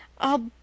I'll